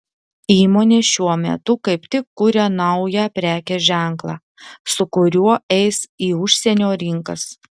įmonė šiuo metu kaip tik kuria naują prekės ženklą su kuriuo eis į užsienio rinkas